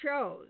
shows